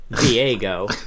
Diego